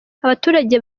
abaturage